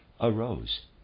arose